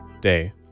day